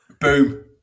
Boom